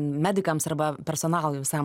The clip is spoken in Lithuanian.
medikams arba personalui visam